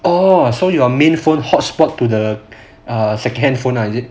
oh so your main phone hot spot to the camp phone lah is it